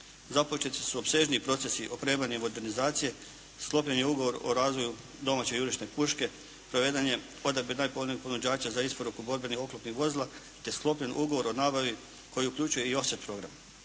Započeti su opsežniji procesi opremanje i modernizacija, sklopljen je ugovor o razvoju domaće jurišne puške, proveden je odabir najpovoljnijeg ponuđača za isporuku borbenih oklopnih vozila te sklopljen ugovor o nabavi koji uključuje i offset program,